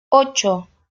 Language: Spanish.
ocho